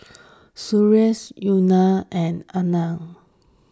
Sundaresh Udai and Anand